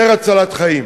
יותר הצלת חיים.